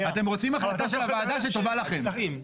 אתם רוצים החלטה של הוועדה שטובה לכם.